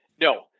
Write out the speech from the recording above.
no